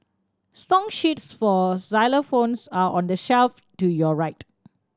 song sheets for xylophones are on the shelf to your right